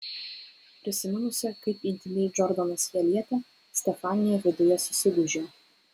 prisiminusi kaip intymiai džordanas ją lietė stefanija viduje susigūžė